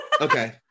Okay